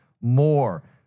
more